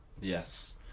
yes